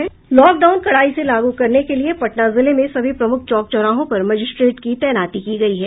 lockdown कड़ाई से लागू करने के लिए पटना जिले में सभी प्रमुख चौक चौराहों पर मजिस्ट्रेट की तैनाती की गयी है